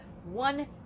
one